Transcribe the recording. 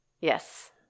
Yes